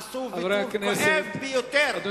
הם עשו ויתור כואב ביותר.